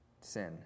sin